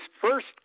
first